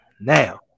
Now